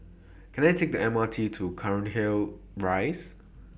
Can I Take The M R T to Cairnhill Rise